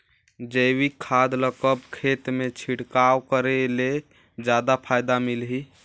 जैविक खाद ल कब खेत मे छिड़काव करे ले जादा फायदा मिलही?